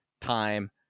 Time